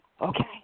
okay